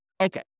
Okay